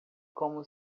como